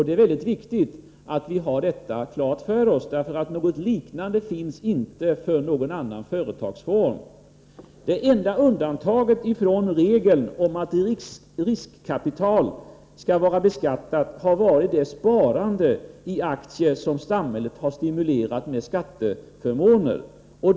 Det är mycket viktigt att ha det klart för sig, eftersom något liknande inte finns för någon annan företagsform. Det enda undantaget från regeln att riskkapital skall vara beskattat har varit det sparande i aktier som samhället har stimulerat med skatteförmåner.